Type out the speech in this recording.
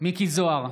מיקי זוהר,